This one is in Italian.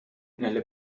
nelle